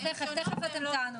אז תכף אתן תענו.